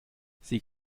sie